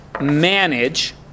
manage